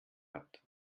hat